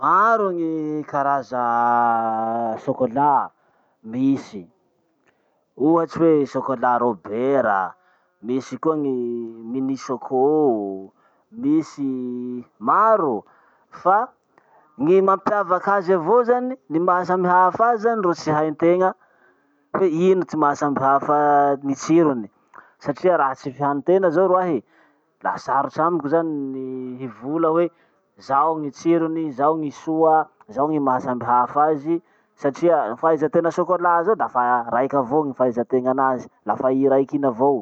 Maro gny karaza sokola misy. Ohatsy hoe chocolat robert, misy koa gny mini-choco, misy maro. Fa gny mampiavak'azy avao zany, ny maha samy hafa azy zany ro tsy haintegna, hoe ino ty maha samy hafa ny tsirony satria raha tsy fihanitena zaho roahy. La sarotsy amiko zany ny hivola hoe zao ny tsirony, zao gny soa, zao gny maha samy hafa azy satria, fahaizatena sokola zao dafa raiky avao gny fahaizategna anazy. Lafa i raiky iny avao.